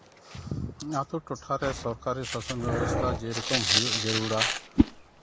ᱟᱛᱳ ᱴᱚᱴᱷᱟᱨᱮ ᱥᱚᱨᱠᱟᱨᱤ ᱥᱟᱥᱚᱱ ᱵᱮᱵᱚᱥᱛᱷᱟ ᱡᱮᱨᱚᱠᱚᱢ ᱦᱩᱭᱩᱜ ᱡᱟᱹᱨᱩᱲᱟ